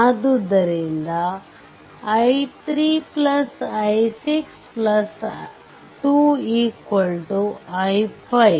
ಅದ್ದುದರಿಂದ i3 i62 i5